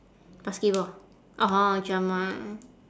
basketball orh drama